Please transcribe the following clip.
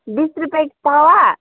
बिस रुपियाँ पवा